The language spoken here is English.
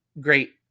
great